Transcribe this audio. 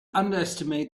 underestimate